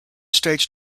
states